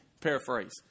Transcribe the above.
paraphrase